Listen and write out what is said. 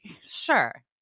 sure